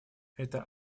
это